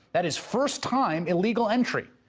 that is first time illegal entry.